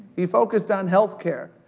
he focused on healthcare,